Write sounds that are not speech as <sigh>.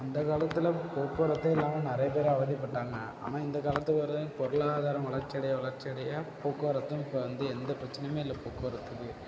அந்த காலத்தில் போக்குவரத்தே இல்லாமல் நிறைய பேர் அவதிப்பட்டாங்க ஆனால் இந்த காலத்தை <unintelligible> பொருளாதாரம் வளர்ச்சியடைய வளர்ச்சியடைய போக்குவரத்தும் இப்போ வந்து எந்த பிரச்சனையுமே இல்லை போக்குவரத்துக்கு